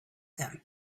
them